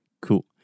cool